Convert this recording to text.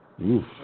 Oof